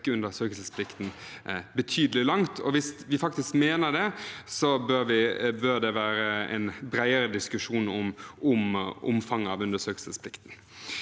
undersøkelses plikten betydelig langt, og hvis vi faktisk mener det, bør det være en bredere diskusjon om omfanget av undersøkelsesplikten.